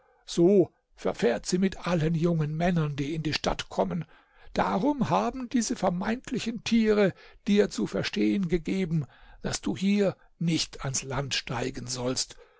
so verfährt sie mit allen jungen männern die in die stadt kommen darum haben diese vermeintlichen tiere dir zu verstehen gegeben daß du hier nicht ans land steigen sollst